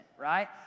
right